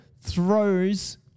throws